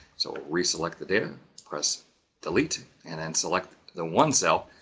so re-select the data press delete, and then select the one cell.